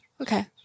okay